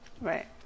Right